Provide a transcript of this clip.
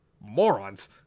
morons